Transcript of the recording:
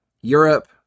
Europe